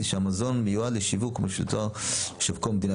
שהמזון מיועד לשיווק או שמותר לשווקו במדינה